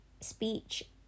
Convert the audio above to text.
speech